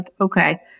okay